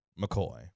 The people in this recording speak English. McCoy